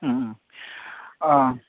उम उम ओ